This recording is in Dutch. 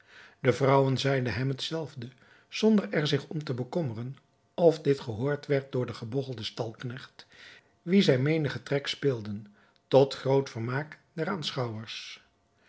de vrouwen zeiden hem het zelfde zonder er zich om te bekommeren of dit gehoord werd door den gebogchelden stalknecht wien zij menigen trek speelden tot groot vermaak der aanschouwers